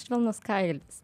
švelnus kailis